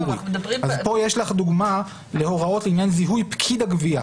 כאן יש לך דוגמה להוראות לעניין זיהוי פקיד הגבייה.